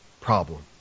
problem